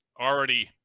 already